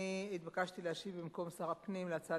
אני התבקשתי להשיב במקום שר הפנים על ההצעה